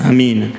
Amen